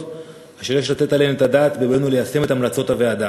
שיש לתת עליהן את הדעת בבואנו ליישם את המלצות הוועדה.